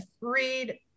read